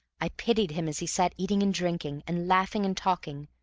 i pitied him as he sat eating and drinking, and laughing and talking,